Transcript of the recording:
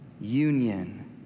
union